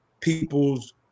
people's